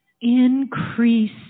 Increase